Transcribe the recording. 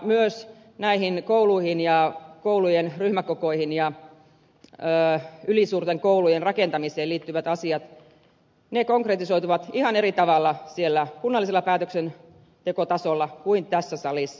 myös näihin kouluihin ja koulujen ryhmäkokoihin ja ylisuurten koulujen rakentamiseen liittyvät asiat konkretisoituvat ihan eri tavalla siellä kunnallisella päätöksentekotasolla kuin tässä salissa